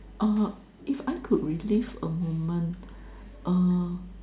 uh if I could release a moment uh